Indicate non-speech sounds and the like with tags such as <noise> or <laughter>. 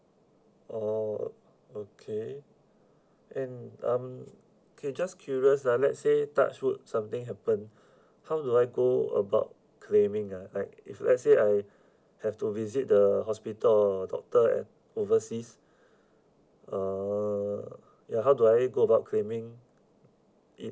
oh okay and um okay just curious ah let's say touch wood something happened <breath> how do I go about claiming ah like if let's say I <breath> have to visit the hospital or a doctor at overseas <breath> uh ya how do I go about claiming it